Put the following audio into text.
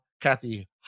kathy